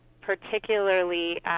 particularly